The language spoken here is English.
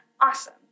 awesome